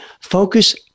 Focus